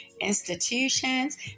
institutions